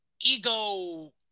ego